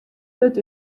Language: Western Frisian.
wurdt